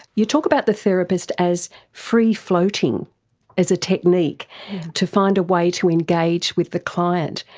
you talk about the therapist as free-floating as a technique to find a way to engage with the client.